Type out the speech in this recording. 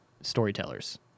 storytellers